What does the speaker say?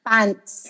Pants